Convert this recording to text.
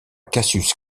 cassius